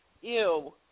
Ew